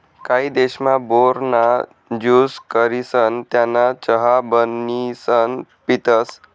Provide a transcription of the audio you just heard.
काही देशमा, बोर ना ज्यूस करिसन त्याना चहा म्हणीसन पितसं